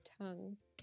tongues